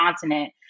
continent